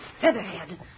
featherhead